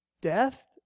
death